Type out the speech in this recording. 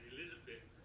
Elizabeth